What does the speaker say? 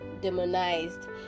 demonized